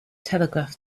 telegraph